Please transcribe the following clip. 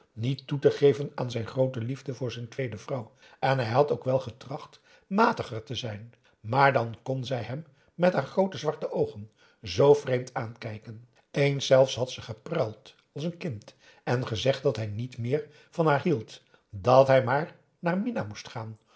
ps maurits te geven aan zijn groote liefde voor zijn tweede vrouw en hij had ook wel getracht matiger te zijn maar dan kon zij hem met haar groote zwarte oogen zoo vreemd aankijken eens zelfs had ze gepruild als een kind en gezegd dat hij niet meer van haar hield dat hij maar naar minah moest gaan